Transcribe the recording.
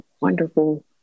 wonderful